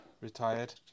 retired